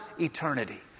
eternity